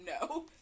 no